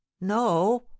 no